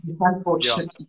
Unfortunately